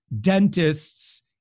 dentists